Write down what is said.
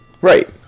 Right